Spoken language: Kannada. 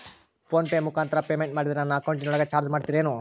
ಫೋನ್ ಪೆ ಮುಖಾಂತರ ಪೇಮೆಂಟ್ ಮಾಡಿದರೆ ನನ್ನ ಅಕೌಂಟಿನೊಳಗ ಚಾರ್ಜ್ ಮಾಡ್ತಿರೇನು?